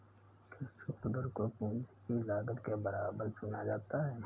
क्या छूट दर को पूंजी की लागत के बराबर चुना जाता है?